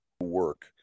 work